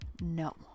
no